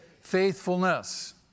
faithfulness